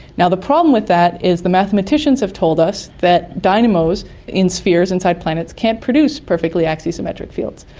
and the problem with that is the mathematicians have told us that dynamos in spheres inside planets can't produce perfectly axisymmetric fields,